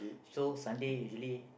so Sunday usually